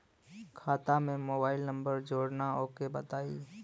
खाता में mobile number जोड़ना ओके बताई?